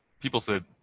people said,